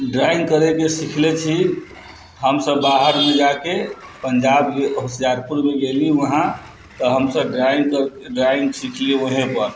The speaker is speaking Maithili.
ड्रॉइंग करैके सीखने छी हमसब बाहरमे जाके पंजाब होशियारपुर भी गेली वहाँ तऽ हमसब ड्रॉइंगके ड्रॉइंग सीखली वहीँपर